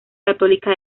católica